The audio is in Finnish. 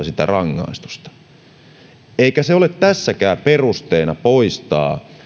sitä rangaistusta rikoslaista eikä ole tässäkään peruste poistaa